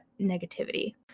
negativity